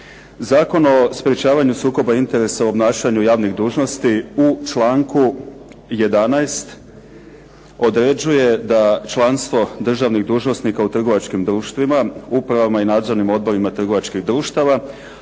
Zakon o sprečavanju sukoba interesa u obnašanju javnih dužnosti u članku 11. određuje da članstvo državnih dužnosnika u trgovačkim društvima, upravama i nadzornim odborima trgovačkih društava,